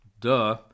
Duh